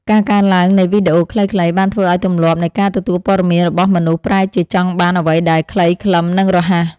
ការកើនឡើងនៃវីដេអូខ្លីៗបានធ្វើឱ្យទម្លាប់នៃការទទួលព័ត៌មានរបស់មនុស្សប្រែជាចង់បានអ្វីដែល ខ្លីខ្លឹម និងរហ័ស។